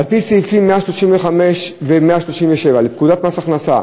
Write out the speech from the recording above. ועל-פי סעיפים 135 ו-137 לפקודת מס הכנסה,